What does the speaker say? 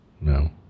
No